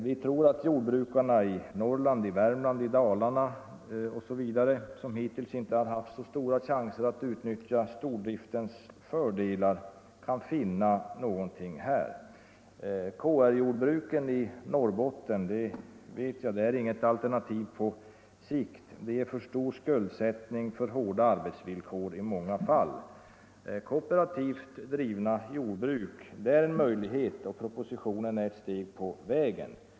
Vi tror att jordbrukarna i Norrland, Värmland och Dalarna osv., som hittills inte har haft stora chanser att utnyttja stordriftens fördelar, kan finna någonting här. KR-jordbruken i Norrbotten är inget alternativ på sikt. De ger för stor skuldsättning och för hårda arbetsvillkor i många fall. Kooperativt drivna jordbruk är en möjlighet, och propositionen är ett steg på vägen.